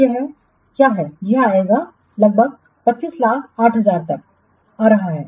तो यह क्या है यह आएगा या यह 25 08000 तक आ रहा है